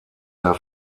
der